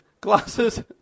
Glasses